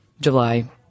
July